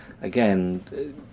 again